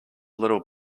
little